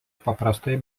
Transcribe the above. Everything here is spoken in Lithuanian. paprastai